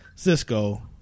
Cisco